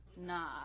nah